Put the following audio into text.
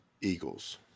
Eagles